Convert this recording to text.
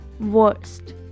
worst